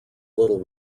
little